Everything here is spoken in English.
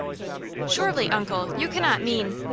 surely, uncle, you cannot mean